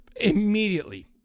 immediately